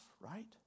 right